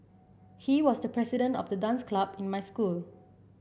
he was the president of the dance club in my school